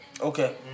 Okay